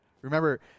Remember